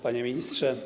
Panie Ministrze!